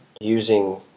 using